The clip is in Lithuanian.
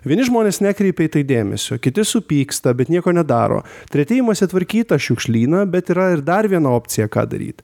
vieni žmonės nekreipia į tai dėmesio kiti supyksta bet nieko nedaro treti imasi tvarkyt tą šiukšlyną bet yra ir dar viena opcija ką daryti